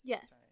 Yes